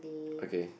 okay